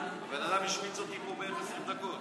אדם השמיץ אותי פה בערך 20 דקות.